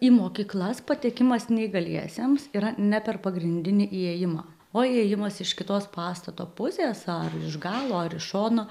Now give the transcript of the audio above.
į mokyklas patekimas neįgaliesiems yra ne per pagrindinį įėjimą o įėjimas iš kitos pastato pusės ar iš galo ar iš šono